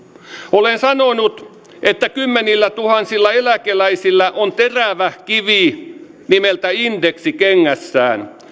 olen sanonut että kymmenillätuhansilla eläkeläisillä on terävä kivi nimeltä indeksi kengässään